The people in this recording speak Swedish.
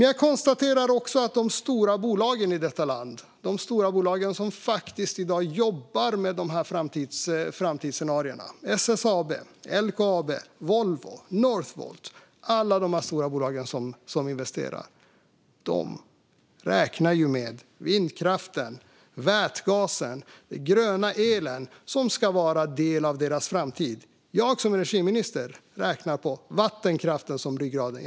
Jag konstaterar också att de stora bolagen i detta land, som faktiskt i dag jobbar med dessa framtidsscenarier och investerar - SSAB, LKAB, Volvo, Northvolt - räknar med vindkraften, vätgasen och den gröna elen, som ska vara en del av deras framtid. Jag som energiminister räknar med vattenkraften som ryggraden.